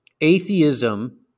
atheism